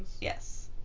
Yes